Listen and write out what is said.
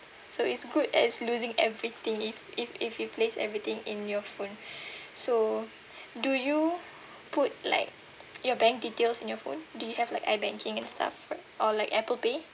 so it's good as losing everything if if if you place everything in your phone so do you put like your bank details in your phone do you have like iBanking and stuff for or like apple pay